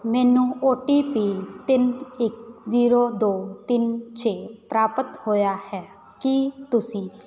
ਮੈਨੂੰ O T P ਤਿੰਨ ਇੱਕ ਜ਼ੀਰੋ ਦੋ ਤਿੰਨ ਛੇ ਪ੍ਰਾਪਤ ਹੋਇਆ ਹੈ ਕੀ ਤੁਸੀਂ